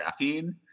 graphene